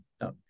no